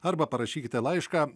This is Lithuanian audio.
arba parašykite laišką